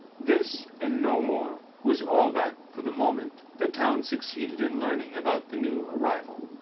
this, and no more, was all that, for the moment, the town succeeded in learning about the new arrival.